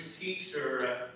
Teacher